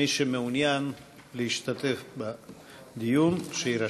מי שמעוניין להשתתף בדיון, שיירשם.